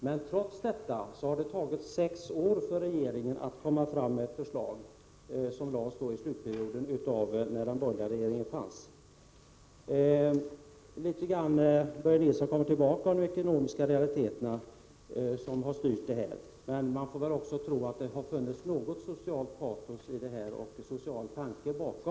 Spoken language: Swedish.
Men trots detta har det tagit sex år för regeringen att komma fram med ett förslag på grundval av utredningen under den borgerliga regeringens tid. Börje Nilsson kommer tillbaka till de ekonomiska realiteterna som har styrt detta. Men man får väl också tro att det har funnits något socialt patos och någon social tanke bakom.